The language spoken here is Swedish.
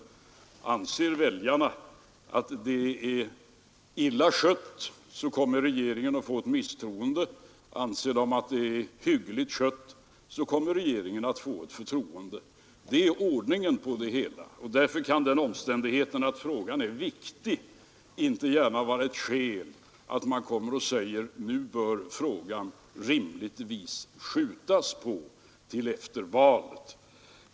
Anser väljarna att det är illa skött, kommer regeringen att få ett misstroende. Anser de att det är hyggligt skött, kommer regeringen att få ett förtroende. Det är ordningen på det hela, och därför kan den omständigheten att frågan är viktig inte gärna vara ett skäl för att säga: Nu bör frågan rimligtvis uppskjutas till efter valet.